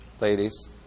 ladies